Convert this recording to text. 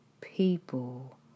people